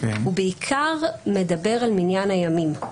הוא בעיקר מדבר על מניין הימים.